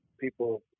people